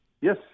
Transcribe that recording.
yes